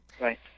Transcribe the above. Right